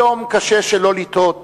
היום קשה שלא לתהות